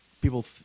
people